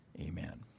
Amen